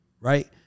right